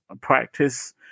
practice